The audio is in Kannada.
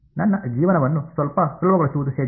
ನನ್ನ ಜೀವನವನ್ನು ಸ್ವಲ್ಪ ಸುಲಭಗೊಳಿಸುವುದು ಹೇಗೆ